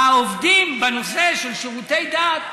העובדים בנושא של שירותי דת,